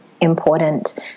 important